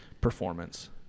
performance